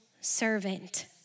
Servant